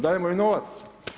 Dajemo im novac.